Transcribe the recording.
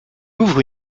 ouvre